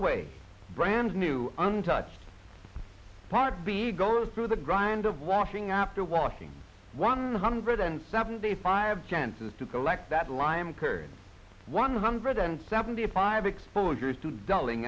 away brand new untouched part be gone through the grind of washing after washing one hundred and seventy five chances to collect that lime curd one hundred and seventy five exposures to dulling